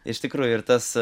iš tikrųjų ir tas